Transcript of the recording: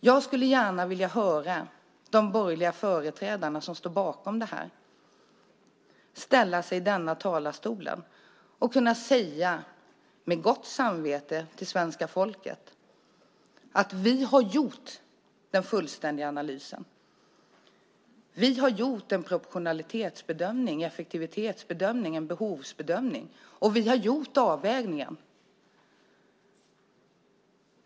Jag skulle gärna från denna talarstol vilja höra om de borgerliga företrädare som står bakom detta med gott samvete kan säga till svenska folket: Vi har gjort den fullständiga analysen. Vi har gjort en proportionalitetsbedömning, en effektivitetsbedömning, en behovsbedömning, och vi har gjort avvägningen.